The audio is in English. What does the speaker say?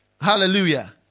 Hallelujah